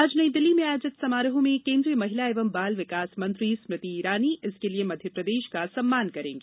आज नई दिल्ली में आयोजित समारोह में केंद्रीय महिला एवं बाल विकास मंत्री स्मृति ईरानी इसके लिए मध्यप्रदेश का सम्मान करेंगी